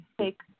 take